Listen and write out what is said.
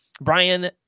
Brian